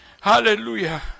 Hallelujah